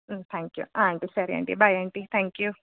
ಹಾಂ thank you ಆಂ aunty ಸರಿ aunty bye aunty thank you